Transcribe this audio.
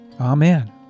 Amen